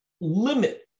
limit